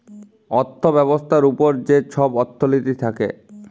অথ্থ ব্যবস্থার উপর যে ছব অথ্থলিতি থ্যাকে